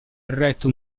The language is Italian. eretto